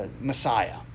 Messiah